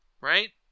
right